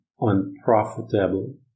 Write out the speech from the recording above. unprofitable